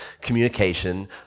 communication